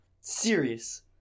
serious